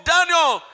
Daniel